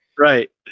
Right